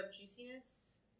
juiciness